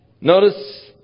Notice